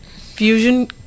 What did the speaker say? Fusion